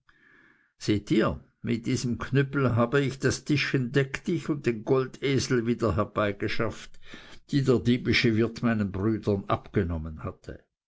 seht ihr mit diesem knüppel habe ich das tischchen deck dich und den goldesel wieder herbeigeschafft die der diebische wirt meinen brüdern abgenommen hatte